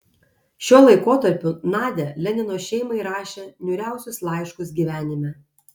šiuo laikotarpiu nadia lenino šeimai rašė niūriausius laiškus gyvenime